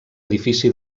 edifici